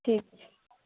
ठीक छै